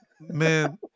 Man